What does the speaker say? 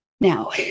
Now